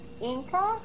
Inca